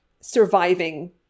surviving